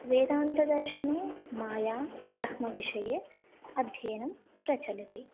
वेदान्तदर्शने माया ब्रह्मविषये अध्ययनं प्रचलति